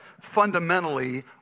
fundamentally